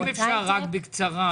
אם אפשר בקצרה.